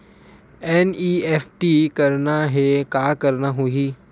NEFT करना हे का करना होही?